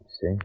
See